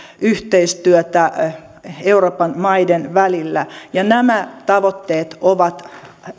yhteistyötä euroopan maiden välillä ja nämä tavoitteet ovat